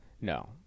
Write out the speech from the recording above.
No